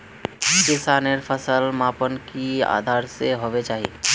किसानेर फसल मापन किस आधार पर होबे चही?